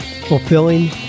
fulfilling